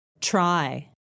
Try